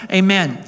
amen